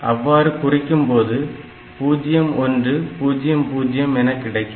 அவ்வாறு குறிக்கும்போது 0100 என கிடைக்கும்